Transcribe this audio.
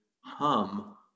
hum